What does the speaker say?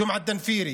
ג'ומעה דנפירי